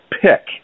pick